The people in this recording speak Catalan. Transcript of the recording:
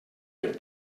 per